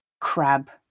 crab